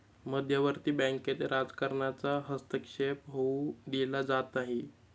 मध्यवर्ती बँकेत राजकारणाचा हस्तक्षेप होऊ दिला जात नाही